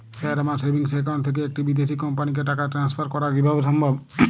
Sir আমার savings account থেকে একটি বিদেশি কোম্পানিকে টাকা ট্রান্সফার করা কীভাবে সম্ভব?